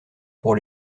pour